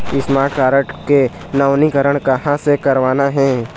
Smart card के नवीनीकरण कहां से करवाना हे?